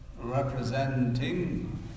representing